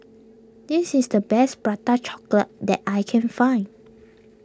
this is the best Prata Chocolate that I can find